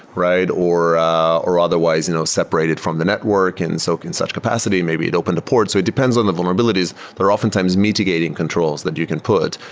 or or otherwise you know separate it from the network and soak in such capacity. maybe it opened a port. so it depends on the vulnerabilities. they're oftentimes mitigating controls that you can put.